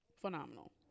phenomenal